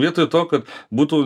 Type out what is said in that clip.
vietoj to kad būtų